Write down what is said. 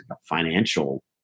financial